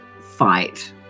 fight